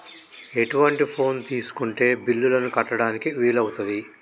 ఎటువంటి ఫోన్ తీసుకుంటే బిల్లులను కట్టడానికి వీలవుతది?